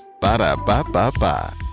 Ba-da-ba-ba-ba